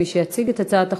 מי שיציג את הצעת החוק,